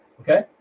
okay